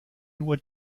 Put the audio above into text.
nur